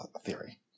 theory